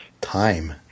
time